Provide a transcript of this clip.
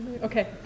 Okay